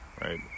right